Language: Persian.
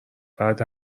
بعد